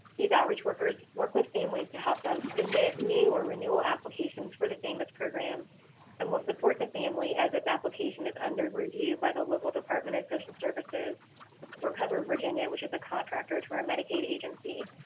these outreach workers work with families to help them submit new or renewal applications for the famis programs and will support the family as its application is under review by the local department of social services or covered virginia, with is a contractor to our medicaid agency.